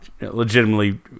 legitimately